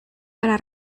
para